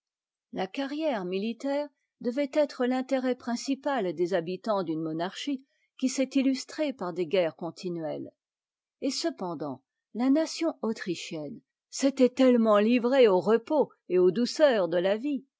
sens les'exploits militaires devaient être l'intérêt principal des habitants d'une monarchie qui s'est illustrée par des guerres continuelles et cependant la nation autrichienne s'était tellement livrée au repos et aux douceurs de la vie